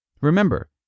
Remember